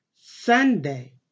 Sunday